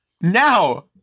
Now